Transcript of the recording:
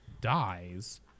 dies